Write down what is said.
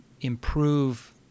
improve